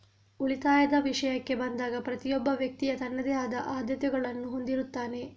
ಉಳಿತಾಯದ ವಿಷಯಕ್ಕೆ ಬಂದಾಗ ಪ್ರತಿಯೊಬ್ಬ ವ್ಯಕ್ತಿಯು ತನ್ನದೇ ಆದ ಆದ್ಯತೆಗಳನ್ನು ಹೊಂದಿರುತ್ತಾನೆ